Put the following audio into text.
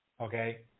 Okay